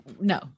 No